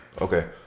Okay